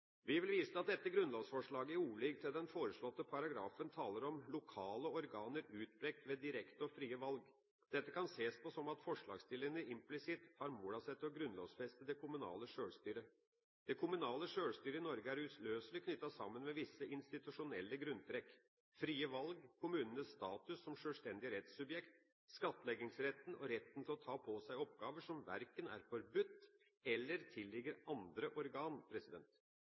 Vi vil vise til at dette grunnlovsforslaget i ordlyden til den foreslåtte paragrafen taler om «lokale organer som er utpekt ved direkte og frie valg». Dette kan ses på som at forslagsstillerne implisitt tar mål av seg til å grunnlovfeste det kommunale sjølstyret. Det kommunale sjølstyret i Norge er uløselig knyttet sammen med visse institusjonelle grunntrekk: frie valg, kommunens status som selvstendig rettssubjekt, skattleggingsretten og retten til å ta på seg oppgaver som verken er forbudt eller tilligger andre